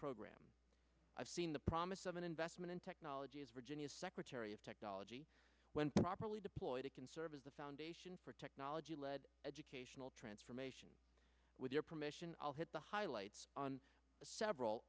program i've seen the promise of an investment in technology as virginia's secretary of technology when properly deployed it can serve as the foundation for technology led educational transformation with your permission i'll hit the highlights on several